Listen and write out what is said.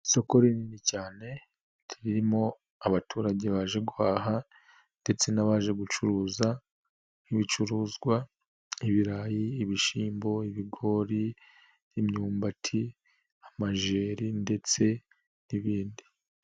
Isoko rinini cyane ririmo abaturage baje guhaha ndetse n'abaje gucuruza ibicuruzwa: ibirayi, ibishyimbo, ibigori, imyumbati, amajeri ndetse n'ibindi.